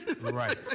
right